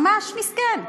ממש מסכן.